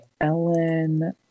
Ellen